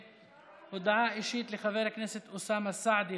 הודעה אישית לחבר הכנסת אוסאמה סעדי.